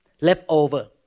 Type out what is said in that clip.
leftover